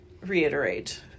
Reiterate